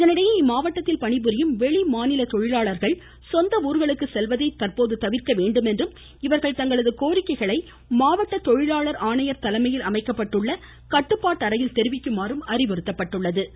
இதனிடையே இம்மாவட்டத்தில் பணிபுரியும் வெளி மாநில தொழிலாளர்கள் சொந்த ஊர்களுக்கு செல்வதை தற்போது தவிர்க்க வேண்டும் என்றும் இவர்கள் தங்களது கோரிக்கைகளை மாவட்ட தொழிலாளர் ஆணையர் தலைமையில் அமைக்கப்பட்டள்ள கட்டுப்பாட்டு அறையில் தெரிவிக்குமாறும் அறிவுறுத்தப்பட்டுள்ளது